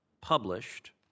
published